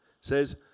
Says